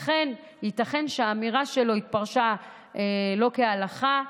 לכן ייתכן שהאמירה שלו התפרשה לא כהלכה.